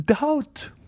Doubt